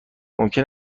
ممکن